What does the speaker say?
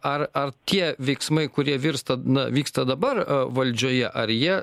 ar ar tie veiksmai kurie virsta na vyksta dabar valdžioje ar jie